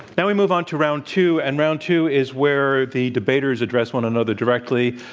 now we move on to round two. and round two is where the debaters address one another directly.